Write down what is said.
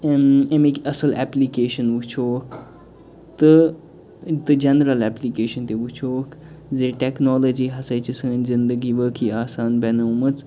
أمِکۍ اصٕل ایٚپلِکیشَن وُچھہِ ہوٗکھ تہٕ تہٕ جَنرَل ایٚپلِکیشَن تہٕ وُچھہِ ہوٗکھ زٕ ٹیٚکنالجی ہسا چھِ سٲنۍ زندگی وٲقعی آسان بنٲومٕژ